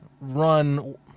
run